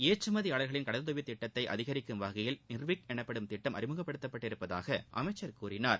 ஏற்றமதியாளர்களின் கடனுதவித் திட்டத்தை அதிகரிக்கும் வகையில் நிர்விக் எனப்படும் திட்டம் அறிமுகப்படுத்தப்பட்டுள்ளதாக அமைச்சர் கூறினார்